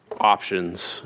options